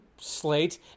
slate